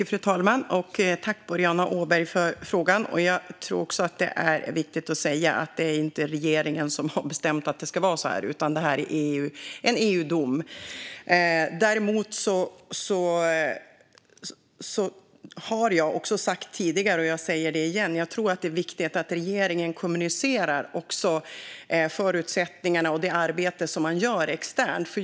Fru talman! Tack, Boriana Åberg! Jag tror också att det är viktigt att säga att det inte är regeringen som har bestämt att det ska vara så här, utan det här är en EU-dom. Däremot har jag sagt tidigare, och jag säger det igen, att jag tror att det är viktigt att regeringen kommunicerar förutsättningarna och det arbete som man gör externt.